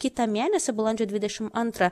kitą mėnesį balandžio dvidešim antrą